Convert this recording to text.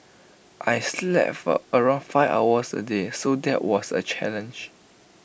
I slept for around five hours A day so that was A challenge